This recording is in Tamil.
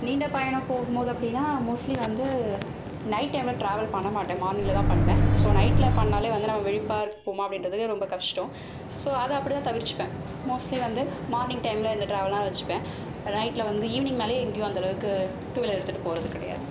நீண்ட பயணம் போகும் போது அப்படின்னா மோஸ்லி வந்து நைட் டைமில் டிராவல் பண்ணமாட்டேன் மார்னிங்கில் தான் பண்ணுவேன் ஸோ நைட்டில் பண்ணாலே வந்து நம்ம விழிப்பாக இருப்போமா அப்படின்றது வந்து ரொம்ப கஷ்டம் ஸோ அதை அப்படித்தான் தவிர்ச்சுப்பேன் மோஸ்லி வந்து மார்னிங் டைமில் இந்த டிராவல்லா வச்சுப்பேன் நைட்டில் வந்து ஈவினிங் மேலேயே எங்கேயும் அந்த அளவுக்கு டூவீலர் எடுத்துகிட்டு போகிறது கிடையாது